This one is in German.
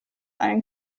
allen